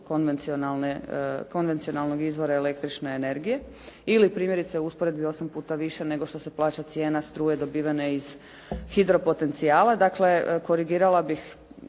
većem od konvencionalnog izvora električne energije ili primjerice u usporedbi osam puta više nego što se plaća cijena struje dobivene iz hidro potencijala, korigirala bih